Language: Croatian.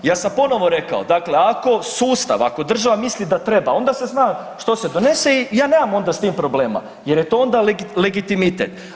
Ja sam ponovo rekao, dakle ako sustav, ako država misli da treba onda se zna što se donese i ja nemam onda s tim problema jer je to onda legitimitet.